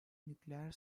nükleer